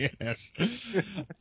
Yes